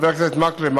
חבר הכנסת מקלב,